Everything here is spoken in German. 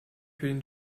für